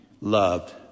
loved